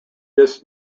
this